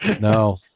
No